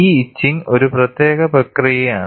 ഈ ഇച്ചിങ് ഒരു പ്രത്യേക പ്രക്രിയയാണ്